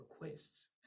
requests